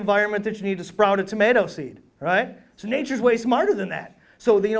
environment that you need to sprouted tomato seed right so nature's way smarter than that so the